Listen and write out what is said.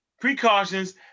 Precautions